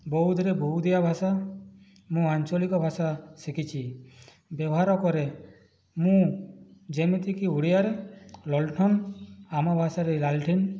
ବୌଦରେ ବଉଦିଆ ଭାଷା ମୁଁ ଆଞ୍ଚଳିକ ଭାଷା ଶିଖିଛି ବ୍ୟବହାର କରେ ମୁଁ ଯେମିତିକି ଓଡିଆରେ ଲଲ୍ଠନ୍ ଆମ ଭଷାରେ ଲାଲ୍ଠିନ୍